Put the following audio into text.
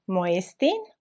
Moestin